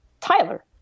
Tyler